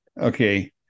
Okay